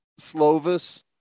Slovis